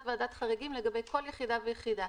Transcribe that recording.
ועדת חריגים לגבי כל יחידה ויחידה,